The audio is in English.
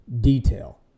detail